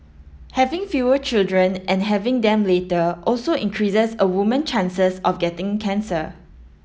having fewer children and having them later also increase a woman's chances of getting cancer